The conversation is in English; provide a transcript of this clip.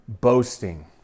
boasting